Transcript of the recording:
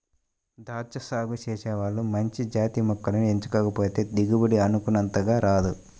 దాచ్చా సాగు చేసే వాళ్ళు మంచి జాతి మొక్కల్ని ఎంచుకోకపోతే దిగుబడి అనుకున్నంతగా రాదు